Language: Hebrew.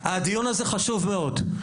הדיון הזה חשוב מאוד,